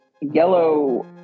yellow